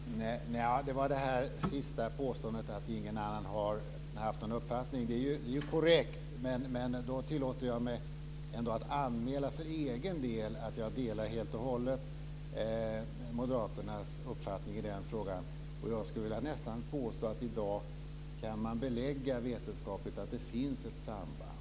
Fru talman! Det gäller det här sista påståendet om att ingen annan har haft någon uppfattning. Det är korrekt, men jag tillåter mig ändå att anmäla för egen del att jag helt och hållet delar Moderaternas uppfattning i frågan. Jag skulle nästan vilja påstå att man i dag vetenskapligt kan belägga att det finns ett samband.